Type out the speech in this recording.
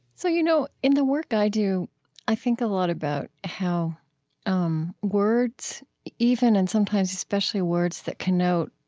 so, you know, in the work i do i think a lot about how um words even and sometimes especially words that connote